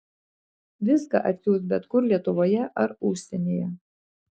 viską atsiųs bet kur lietuvoje ar užsienyje